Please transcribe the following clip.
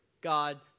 God